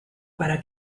para